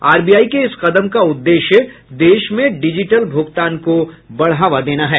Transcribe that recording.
RBI के इस कदम का उद्देश्य देश में डिजिटल भुगतान को बढ़ावा देना है